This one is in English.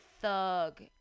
thug